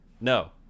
no